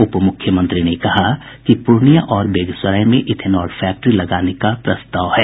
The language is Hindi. उपमुख्यमंत्री ने कहा कि पूर्णियां और बेगूसराय में इथेनॉल फैक्ट्री लगाने का प्रस्ताव है